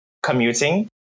commuting